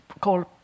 called